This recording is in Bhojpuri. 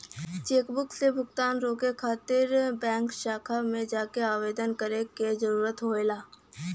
चेकबुक से भुगतान रोके खातिर बैंक शाखा में जाके आवेदन करे क जरुरत होला